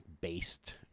based